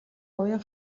уян